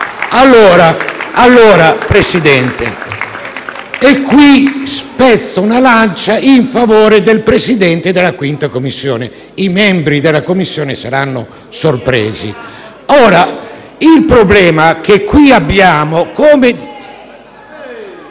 FI-BP)*. Presidente, spezzo una lancia in favore del Presidente della 5a Commissione (i membri della Commissione ne saranno sorpresi). Il problema che qui abbiamo